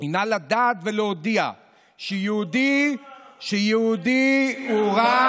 היא לדעת ולהודיע שיהודי, אנחנו לא בגולה,